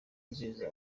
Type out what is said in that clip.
nziza